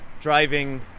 driving